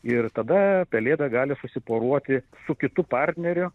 ir tada pelėda gali susiporuoti su kitu partneriu